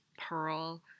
Pearl